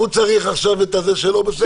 הוא צריך עכשיו את הזה שלו, בסדר.